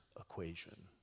equation